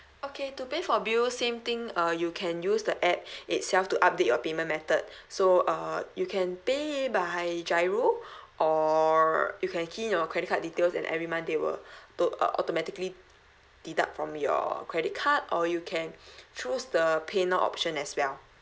okay to pay for bill same thing uh you can use the app itself to update your payment method so uh you can pay by GIRO or you can key in your credit card details and every month they will to~ uh automatically deduct from your credit card or you can choose the pay now option as well